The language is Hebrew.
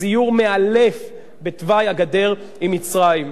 סיור מאלף בתוואי הגדר עם מצרים.